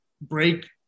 break